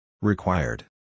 Required